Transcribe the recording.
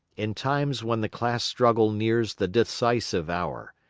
in times when the class struggle nears the decisive hour,